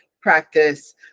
practice